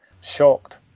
shocked